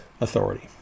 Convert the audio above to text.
authority